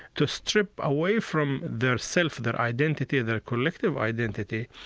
to strip away from their self, their identity, their collective identity,